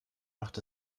macht